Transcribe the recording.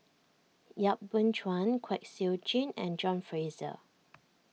Yap Boon Chuan Kwek Siew Jin and John Fraser